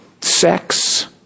sex